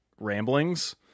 ramblings